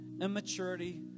Immaturity